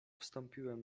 wstąpiłem